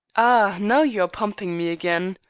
ah, now you are pumping me again.